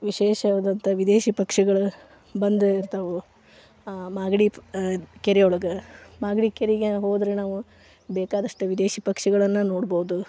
ವಿಶೇಷವಾದಂಥ ವಿದೇಶಿ ಪಕ್ಷಿಗಳು ಬಂದಿರ್ತಾವು ಮಾಗಡಿ ಕೆರೆಯೊಳಗೆ ಮಾಗಡಿ ಕೆರೆಗೆ ಹೋದರೆ ನಾವು ಬೇಕಾದಷ್ಟು ವಿದೇಶಿ ಪಕ್ಷಿಗಳನ್ನು ನೋಡ್ಬೋದು